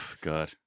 God